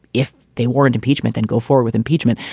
if they weren't impeachment, then go forward with impeachment.